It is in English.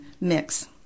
mix